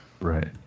Right